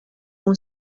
اون